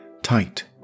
tight